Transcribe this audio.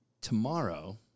Tomorrow